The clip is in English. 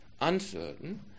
uncertain